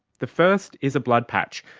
the first is a blood patch,